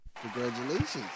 Congratulations